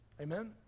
Amen